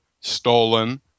stolen